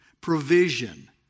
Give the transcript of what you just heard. provision